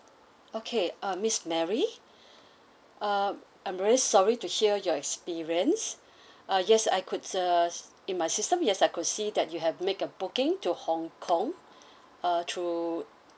okay uh miss mary um I'm very sorry to hear your experience uh yes I could uh in my system yes I could see that you have make a booking to hong kong uh through